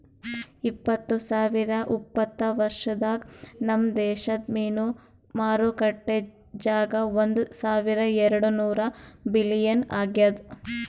ಇಪ್ಪತ್ತು ಸಾವಿರ ಉಪತ್ತ ವರ್ಷದಾಗ್ ನಮ್ ದೇಶದ್ ಮೀನು ಮಾರುಕಟ್ಟೆ ಜಾಗ ಒಂದ್ ಸಾವಿರ ಎರಡು ನೂರ ಬಿಲಿಯನ್ ಆಗ್ಯದ್